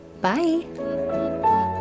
bye